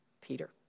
Peter